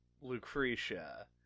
Lucretia